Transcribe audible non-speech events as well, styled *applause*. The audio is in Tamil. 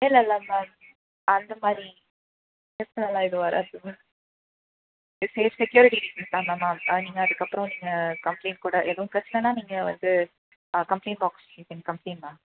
இல்லை இல்லை மேம் அந்தமாதிரி பிரச்சனைலாம் எதுவும் வராது சேஃப் செக்யூரிட்டி டீடெயில்ஸ் தான் மேம் நீங்கள் அதுக்கு அப்புறோம் நீங்கள் கம்ப்ளைண்ட் கூட எதுவும் பிரச்சனனா நீங்கள் வந்து கம்ப்ளைண்ட் பாக்ஸ் *unintelligible* கம்ப்ளைண்ட் மேம்